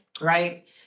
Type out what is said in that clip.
Right